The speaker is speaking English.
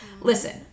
Listen